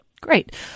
Great